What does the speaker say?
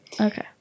Okay